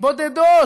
בודדות